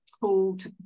called